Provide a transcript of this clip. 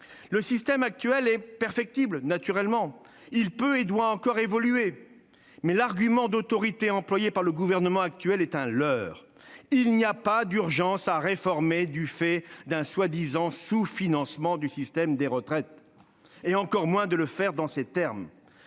Le système actuel est naturellement perfectible. Il peut et doit encore évoluer, mais l'argument d'autorité employé par le Gouvernement est un leurre. Il n'y a pas d'urgence à réformer du fait d'un prétendu sous-financement du système des retraites, et encore moins de le faire dans ces termes.